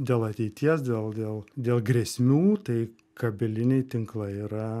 dėl ateities dėl dėl dėl grėsmių tai kabeliniai tinklai yra